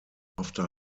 after